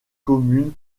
commune